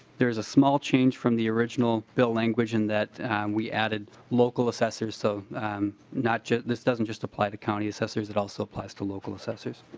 there is a small change from the original bill language in that we added local assessors. so not just this doesn't just apply to county assessors but it also applies to local assessors.